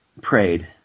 prayed